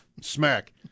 smack